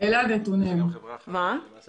זה מעט